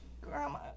grandma